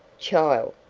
child,